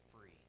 free